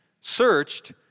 searched